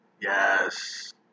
Yes